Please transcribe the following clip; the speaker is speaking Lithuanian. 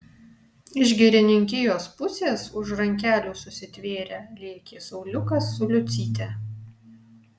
iš girininkijos pusės už rankelių susitvėrę lėkė sauliukas su liucyte